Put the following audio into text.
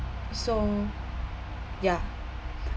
so ya